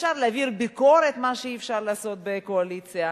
אפשר להעביר ביקורת, מה שאי-אפשר לעשות בקואליציה.